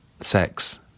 sex